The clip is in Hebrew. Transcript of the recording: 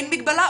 אין מגבלה,